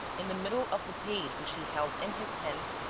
in the middle of the page which he held in his hand,